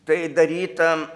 tai daryta